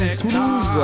Toulouse